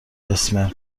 اسپرم